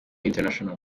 international